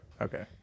Okay